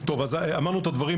אמרנו את הדברים.